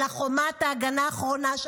אלא חומת ההגנה האחרונה של